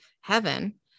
heaven